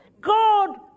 God